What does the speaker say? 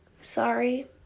Sorry